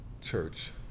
church